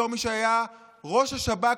בתור מי שהיה ראש השב"כ,